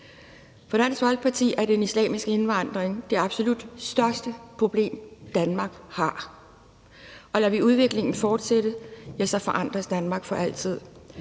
For Dansk Folkeparti er den islamiske indvandring det absolut største problem, Danmark har, og lader vi udviklingen fortsætte, ja, så forandres Danmark for altid.